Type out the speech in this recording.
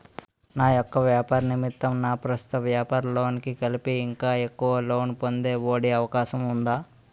నా యెక్క వ్యాపార నిమిత్తం నా ప్రస్తుత వ్యాపార లోన్ కి కలిపి ఇంకా ఎక్కువ లోన్ పొందే ఒ.డి అవకాశం ఉందా?